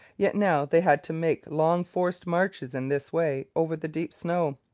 yet now they had to make long forced marches in this way over the deep snow.